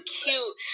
cute